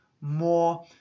more